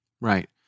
Right